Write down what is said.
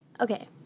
Okay